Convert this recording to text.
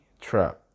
trap